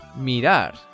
Mirar